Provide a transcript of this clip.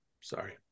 Sorry